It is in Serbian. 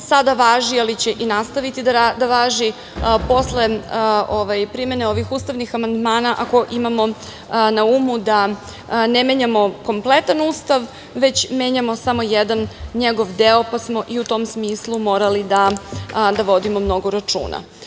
sada važi, ali će i nastaviti da važi posle primene ovih ustavnih amandmana, ako imamo na umu da ne menjamo kompletan Ustav, već menjamo samo jedan njegov deo, pa smo i u tom smislu morali da vodimo mnogo računa. Što